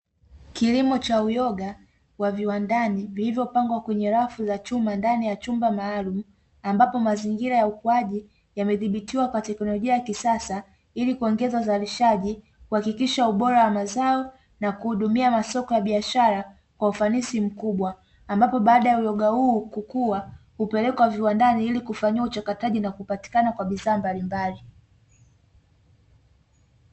Kilimo cha uyoga wa viwandani vilivyopangwa kwenye rafu za chuma ndani ya chumba maalumu, ambapo mazingira ya ukuaji yamedhibitiwa kwa teknolojia ya kisasa ili kuongeza uzalishaji kuhakikisha ubora wa mazao na kuhudumia masoko ya biashara kwa ufanisi mkubwa; ambapo baada ya uyoga huu kukua hupelekwa viwandani ili kufanyiwa uchakataji na kupatikana kwa bidhaa mbalimbali.